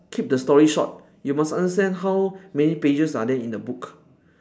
keep the story short you must understand how many pages are there in a book